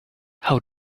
how